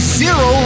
zero